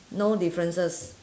no differences